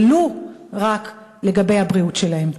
ולו לגבי הבריאות שלהם.